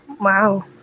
wow